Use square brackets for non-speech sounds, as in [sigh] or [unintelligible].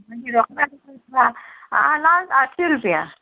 [unintelligible] last आटशीं रुपया